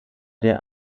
der